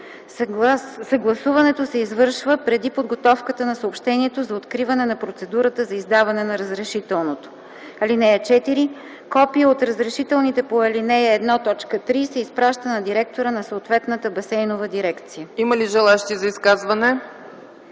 Съгласуването се извършва преди подготовката на съобщението за откриване на процедурата за издаване на разрешителното. (4) Копие от разрешителните по ал. 1, т. 3 се изпраща на директора на съответната басейнова дирекция.” ПРЕДСЕДАТЕЛ ЦЕЦКА